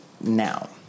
now